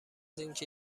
اینکه